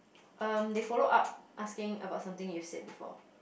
err they follow up asking about something you said before